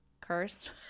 cursed